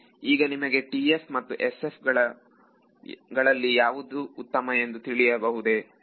ಸರಿ ಈಗ ನಿಮಗೆ TF ಮತ್ತು SF ಗಳಲ್ಲಿ ಯಾವುದು ಉತ್ತಮ ಎಂದು ಹೇಳಬಹುದೇ